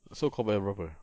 so kau bayar berapa